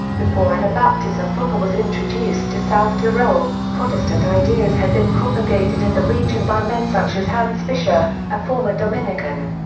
before anabaptism proper was introduced to south tyrol, protestant ideas had been propagated in the region by men such as hans vischer, a former dominican.